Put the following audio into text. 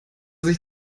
sich